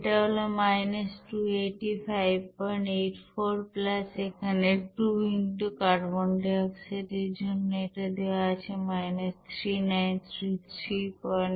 এটা হল 28584 এখানে 2 x কার্বন ডাই অক্সাইড এর জন্য এটা দেওয়া আছে 39351